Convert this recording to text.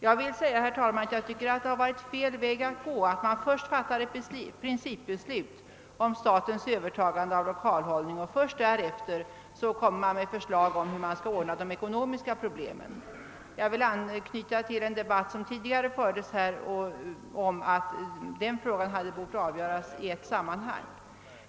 Jag tycker, herr talman, att det varit fel väg att gå när man först fattat ett principbeslut om statens övertagande av lokalhållningen och först därefter framlägger förslag om hur de ekonomiska problemen skall ordnas. Jag vill anknyta till en debatt som tidigare fördes här och där det sades att frågorna hade bort avgöras i ett sammanhang.